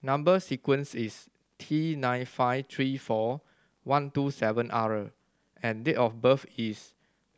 number sequence is T nine five three four one two seven R and date of birth is